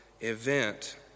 event